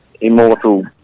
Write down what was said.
immortal